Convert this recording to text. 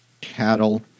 cattle